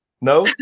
No